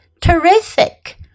Terrific